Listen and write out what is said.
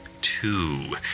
two